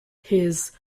his